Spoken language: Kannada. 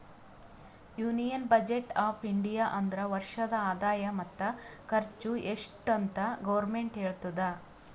ಯೂನಿಯನ್ ಬಜೆಟ್ ಆಫ್ ಇಂಡಿಯಾ ಅಂದುರ್ ವರ್ಷದ ಆದಾಯ ಮತ್ತ ಖರ್ಚು ಎಸ್ಟ್ ಅಂತ್ ಗೌರ್ಮೆಂಟ್ ಹೇಳ್ತುದ